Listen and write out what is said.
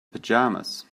pajamas